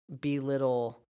belittle